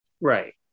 Right